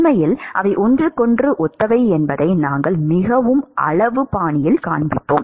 உண்மையில் அவை ஒன்றுக்கொன்று ஒத்தவை என்பதை நாங்கள் மிகவும் அளவு பாணியில் காண்பிப்போம்